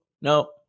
no